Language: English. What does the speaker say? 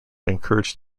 encouraged